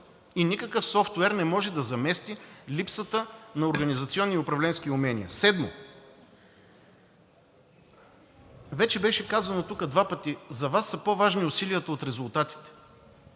и никакъв софтуер не може да замести липсата на организационни и управленски умения. Седмо, вече беше казано тук два пъти: за Вас усилията са по-важни от резултатите.